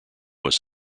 was